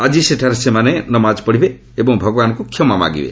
ଆଜି ସେଠାରେ ସେମାନେ ନମାଜ ପଢ଼ିବେ ଏବଂ ଭଗବାନ୍ଙ୍କୁ କ୍ଷମା ମାଗିବେ